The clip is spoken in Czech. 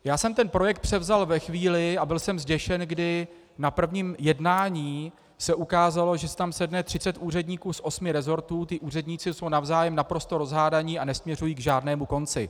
Já jsem ten projekt převzal ve chvíli, a byl jsem zděšen, kdy na prvním jednání se ukázalo, že si tam sedne třicet úředníků z osmi resortů, ti úředníci jsou navzájem naprosto rozhádání a nesměřují k žádnému konci.